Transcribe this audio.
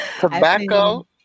Tobacco